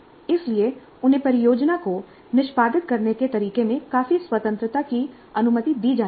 इसलिए उन्हें परियोजना को निष्पादित करने के तरीके में काफी स्वतंत्रता की अनुमति दी जानी चाहिए